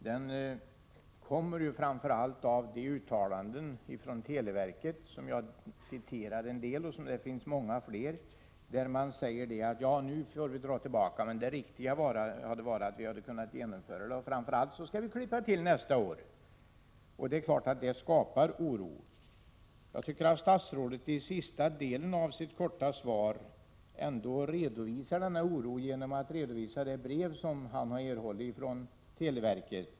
Herr talman! Oron beror framför allt på de många uttalanden från televerket som jag har citerat en del av, där man säger att förslaget nu får dras tillbaka men att det riktiga hade varit att genomföra det, och nästa år skall man klippa till. Detta skapar naturligtvis oro. Jag tycker att statsrådet i den sista delen av sitt korta svar ger uttryck för denna oro, genom att redovisa det brev som han har erhållit från televerket.